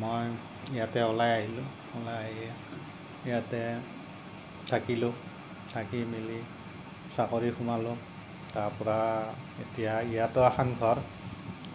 মই ইয়াতে ওলাই আহিলো ওলাই আহি ইয়াতে থাকিলোঁ থাকি মেলি চাকৰি সোমালোঁ তাৰপৰা এতিয়া ইয়াতো এখন ঘৰ